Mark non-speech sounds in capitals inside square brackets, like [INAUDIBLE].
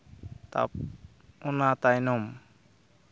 [UNINTELLIGIBLE] ᱚᱱᱟ ᱛᱟᱭᱱᱚᱢ